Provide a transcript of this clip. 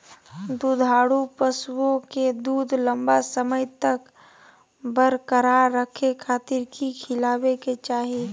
दुधारू पशुओं के दूध लंबा समय तक बरकरार रखे खातिर की खिलावे के चाही?